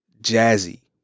jazzy